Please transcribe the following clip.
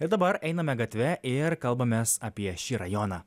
ir dabar einame gatve ir kalbamės apie šį rajoną